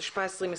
התשפ"א-2020.